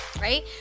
Right